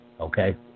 Okay